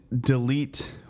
delete